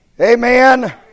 Amen